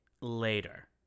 later